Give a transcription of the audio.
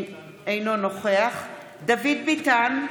אינו נוכח דוד ביטן,